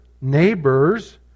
neighbors